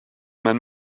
man